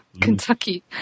Kentucky